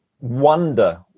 wonder